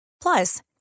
Plus